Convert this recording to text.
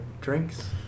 drinks